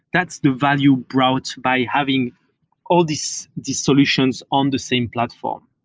that's the value brought by having all these these solutions on the same platform